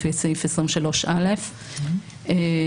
לפי סעיף 23א. כן.